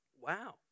Wow